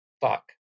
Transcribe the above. fuck